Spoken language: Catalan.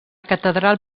catedral